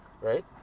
right